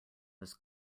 was